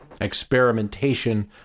experimentation